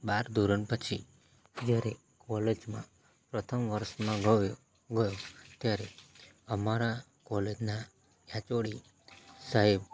બાર ધોરણ પછી જ્યારે કોલેજમાં પ્રથમ વર્ષમાં ગયો ત્યારે અમારા કોલેજના યાચોળી સાહેબ